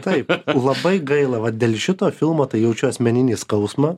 taip labai gaila vat dėl šito filmo tai jaučiu asmeninį skausmą